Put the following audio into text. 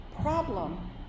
problem